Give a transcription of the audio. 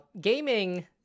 gaming